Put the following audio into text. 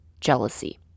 jealousy